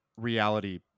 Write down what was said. reality